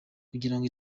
kugirango